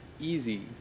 easy